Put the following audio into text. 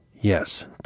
Yes